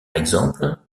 exemple